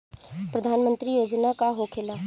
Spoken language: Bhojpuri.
प्रधानमंत्री योजना का होखेला?